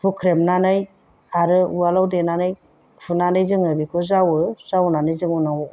हुख्रेमनानै आरो उवालआव देनानै खुनानै जोङो बेखौ जावो जावनानै जों उनाव